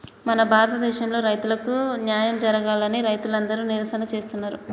మన భారతదేసంలో రైతులకు న్యాయం జరగాలని రైతులందరు నిరసన చేస్తున్నరు